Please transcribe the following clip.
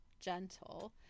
gentle